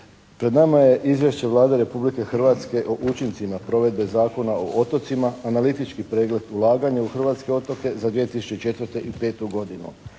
Pred nama je Izvješće Vlade Republike Hrvatske o učincima provedbe Zakona o otocima, analitički pregled ulaganja u hrvatske otoke za 2004. i 2005. godinu.